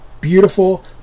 beautiful